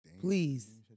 Please